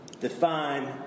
Define